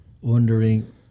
wondering